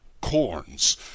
corns